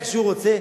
איך שהוא רוצה,